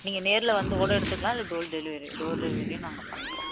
நீங்கள் நேரில் வந்துக்கூட எடுத்துக்கலாம் இல்லை டோர் டெலிவரி டோர் டெலிவெரியும் நாங்கள் பண்ணுறோம்